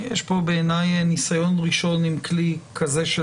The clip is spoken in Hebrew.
יש פה בעיניי ניסיון ראשון עם כלי כזה של